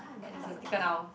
taken out